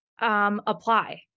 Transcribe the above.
Apply